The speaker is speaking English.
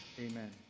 Amen